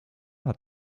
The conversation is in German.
hat